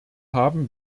haben